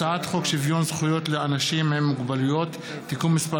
הצעת חוק שוויון זכויות לאנשים עם מוגבלויות (תיקון מס'